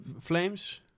flames